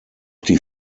die